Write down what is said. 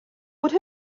would